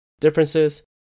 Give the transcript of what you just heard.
differences